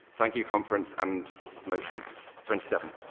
thank you, conference. and it is motion twenty seven.